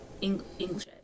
English